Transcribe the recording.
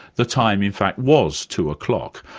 the time in fact was two o'clock.